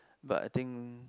but I think